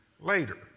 later